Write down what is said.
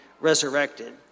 resurrected